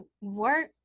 work